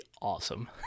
awesome